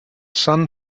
sun